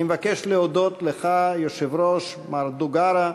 אני מבקש להודות לך, היושב-ראש, מר דוגרה,